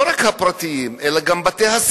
לא רק הפרטיים, אלא גם בתי-הספר.